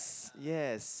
yes